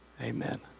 Amen